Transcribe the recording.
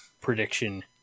prediction